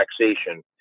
Taxation